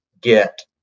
get